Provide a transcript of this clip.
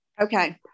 Okay